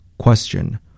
Question